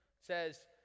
says